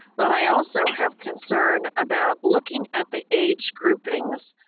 but i also have concern about looking at the age groupings.